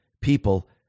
people